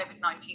COVID-19